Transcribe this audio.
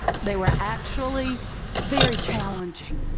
they were actually very challenging.